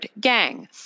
gang